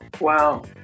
Wow